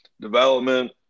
development